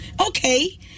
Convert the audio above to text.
okay